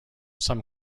some